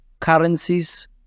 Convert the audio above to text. currencies